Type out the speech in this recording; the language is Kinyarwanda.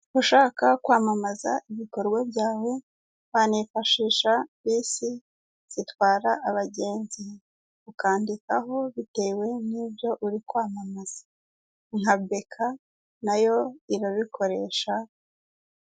Ushaka kwamamaza ibikorwa byawe wa nifashisha bisi zitwara abagenzi ukandikaho bitewe nibyo uri kwamamaza nka BK nayo irabikoresha.